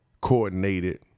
coordinated